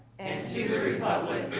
to the republic